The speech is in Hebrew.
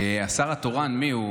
השר התורן מיהו?